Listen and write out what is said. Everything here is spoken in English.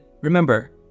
remember